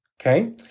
okay